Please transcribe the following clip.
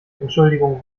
entschuldigung